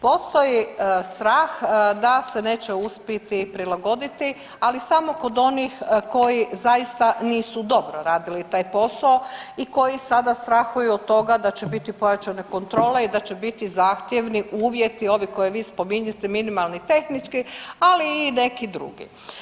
Postoji strah da se neće uspjeti prilagoditi ali samo kod onih koji zaista nisu dobro radili taj posao i koji sada strahuju od toga da će biti pojačane kontrole i da će biti zahtjevni uvjeti ovi koje vi spominjete minimalni, tehnički ali i neki drugi.